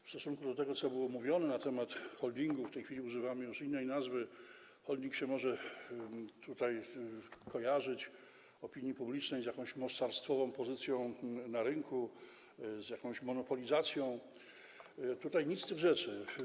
W stosunku do tego, co było mówione na temat holdingu: w tej chwili używamy już innej nazwy, holding może się kojarzyć opinii publicznej z jakąś mocarstwową pozycją na rynku, z jakąś monopolizacją - nic z tych rzeczy.